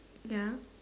ya